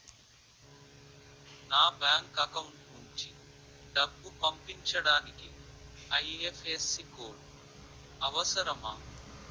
నా bank account నుంచి డబ్బు పంపించడానికి ఐ.ఎఫ్.ఎస్.సి కోడ్ అవసరమా?